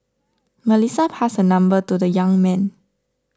Melissa passed her number to the young man